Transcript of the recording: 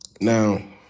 Now